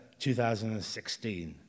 2016